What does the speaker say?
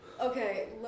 Okay